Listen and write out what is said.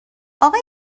آقای